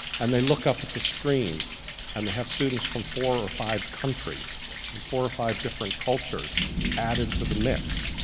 and they look up at the screen and they have students from four or five countries and four or five different cultures added to the mix,